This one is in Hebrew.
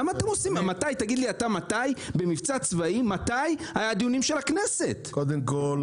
מתי היו דיונים של הכנסת במבצע צבאי?